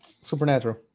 Supernatural